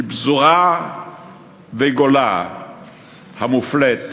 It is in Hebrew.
מפזורה וגולה מופלית